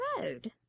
road